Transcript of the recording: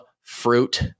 fruit